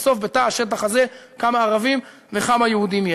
בסוף, בתא השטח הזה: כמה ערבים וכמה יהודים יש.